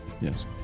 Yes